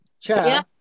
chair